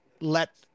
let